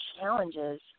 challenges